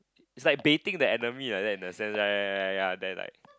is like baiting the enemy like that in a sense ya ya ya ya then like